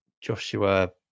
Joshua